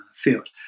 field